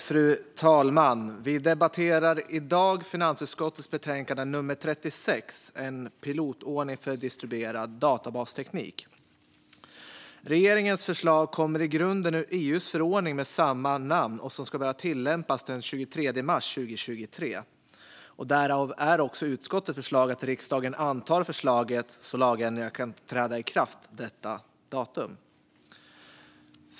Fru talman! Vi debatterar i dag finansutskottets betänkande 36 En pilotordning för distribuerad databasteknik . Regeringens förslag kommer i grunden ur EU:s förordning med samma namn, som ska börja tilllämpas den 23 mars 2023. Därav är också utskottets förslag att riksdagen antar förslaget så att lagändringarna kan träda i kraft detta datum.